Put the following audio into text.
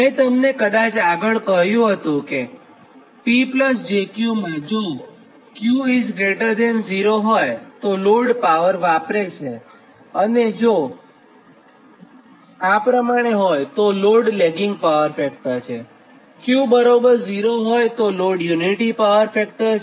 મેં તમને આગળ કદાચ કહ્યું છેકે P j Q માં જો 𝑄 0 હોય તો લોડ પાવર વાપરે છેતો લોડ લેગિંગ પાવર ફેક્ટર છે અને 𝑄0 તો load unity power factor load છે